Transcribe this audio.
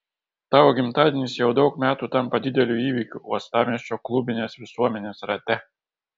tavo gimtadienis jau daug metų tampa dideliu įvykiu uostamiesčio klubinės visuomenės rate